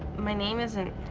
my name isn't